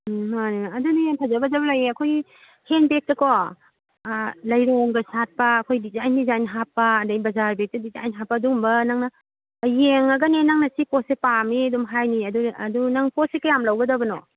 ꯎꯝ ꯃꯥꯅꯤ ꯑꯗꯨꯅꯦ ꯌꯥꯝ ꯐꯖ ꯐꯖꯕ ꯂꯩꯌꯦ ꯑꯩꯈꯣꯏ ꯍꯦꯟꯕꯦꯛꯇꯀꯣ ꯂꯩꯔꯣꯡꯒ ꯁꯥꯠꯄ ꯑꯩꯈꯣꯏ ꯗꯤꯖꯥꯏꯟ ꯗꯤꯖꯥꯏꯟ ꯍꯥꯞꯄ ꯑꯗꯨꯗꯩ ꯕꯖꯥꯔ ꯕꯦꯛꯇ ꯗꯤꯖꯥꯏꯟ ꯍꯥꯞꯄ ꯑꯗꯨꯒꯨꯝꯕ ꯅꯪꯅ ꯌꯦꯡꯉꯒꯅꯦ ꯅꯪꯅ ꯁꯤ ꯄꯣꯠꯁꯤ ꯄꯥꯝꯃꯤ ꯑꯗꯨꯝ ꯍꯥꯏꯅꯤ ꯑꯗꯨ ꯑꯗꯨ ꯅꯪ ꯄꯣꯠꯁꯤ ꯀꯌꯥꯝ ꯂꯧꯒꯗꯕꯅꯣ